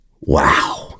Wow